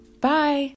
Bye